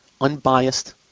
Unbiased